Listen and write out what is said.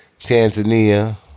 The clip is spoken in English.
Tanzania